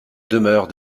demeure